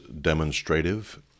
demonstrative